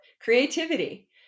Creativity